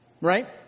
right